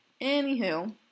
anywho